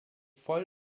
voll